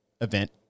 event